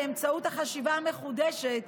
באמצעות החשיבה המחודשת,